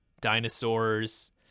Dinosaurs